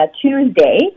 Tuesday